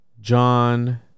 John